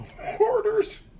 hoarders